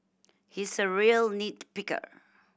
he is a real nit picker